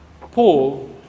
Paul